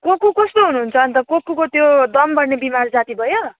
कोकु कस्तो हुनुहुन्छ अन्त कोकुको त्यो दम बढ्ने बिमार जाती भयो